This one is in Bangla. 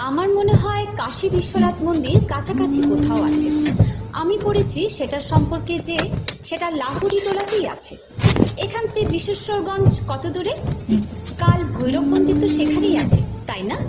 আমার মনে হয় কাশী বিশ্বনাথ মন্দির কাছাকাছি কোথাও আছে আমি পড়েছি সেটা সম্পর্কে যে সেটা লাহেরিটোলাতেই আছে এখান থেকে বিশ্বস্বরগঞ্জ কত দূরে কাল ভৈরব মন্দির তো সেখানেই আছে তাই না